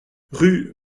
rue